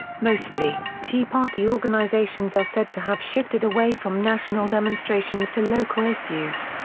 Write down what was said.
mostly, tea party organizations are said to have shifted away from national demonstrations to local issues.